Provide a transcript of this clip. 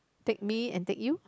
take me and take you